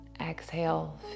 Exhale